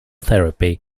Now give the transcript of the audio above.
therapy